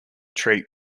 treat